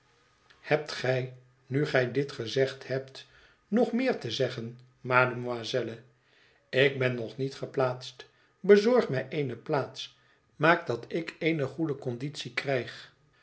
hebt gij nu gij dit gezegd hebt nog meer te zeggen mademoiselle ik ben nog niet geplaatst bezorg mij eene plaats maak dat ik eene goede conditie krijg